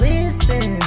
Listen